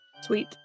Sweet